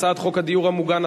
הצעת חוק הדיור המוגן,